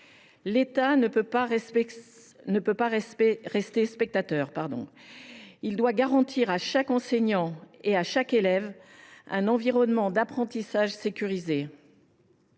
L’État ne peut pas rester spectateur ; il doit garantir à chaque enseignant et à chaque élève un environnement d’apprentissage sécurisé.